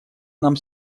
нам